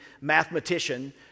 mathematician